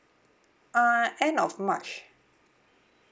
uh end of march